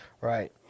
Right